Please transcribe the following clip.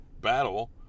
battle